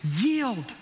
Yield